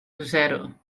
zero